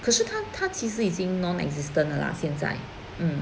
可是他他其实已经 non existent 了啦现在嗯 mm